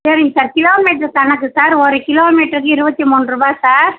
சரிங்க sir kilometre கணக்கு sir ஒரு கிலோ மீட்டர்க்கு இருபத்திமூன்ரூபா சார்